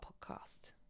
podcast